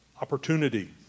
opportunity